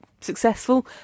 successful